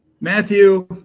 Matthew